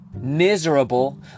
miserable